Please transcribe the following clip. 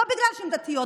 לא בגלל שהן דתיות,